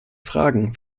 fragen